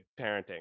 parenting